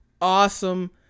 awesome